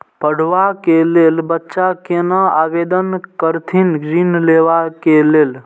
पढ़वा कै लैल बच्चा कैना आवेदन करथिन ऋण लेवा के लेल?